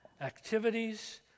activities